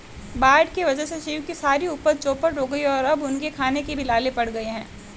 बाढ़ के वजह से शिव की सारी उपज चौपट हो गई और अब उनके खाने के भी लाले पड़ गए हैं